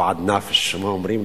או עד נַפש, מה אומרים?